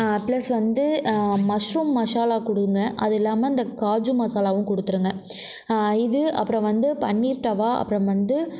plus வந்து mushroom masala கொடுங்க அது இல்லாமல் இந்த காஜு மசாலாவும் கொடுத்துருங்க இது அப்புறம் வந்து பன்னீர் தவா அப்புறம் வந்து